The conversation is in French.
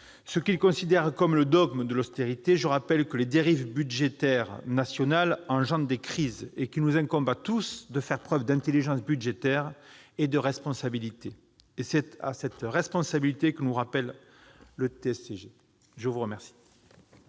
ce qu'ils considèrent comme le dogme de l'austérité, je rappelle que les dérives budgétaires nationales créent des crises, et qu'il nous incombe à tous de faire preuve d'intelligence budgétaire et de responsabilité. C'est à cette responsabilité que nous rappelle le TSCG. La parole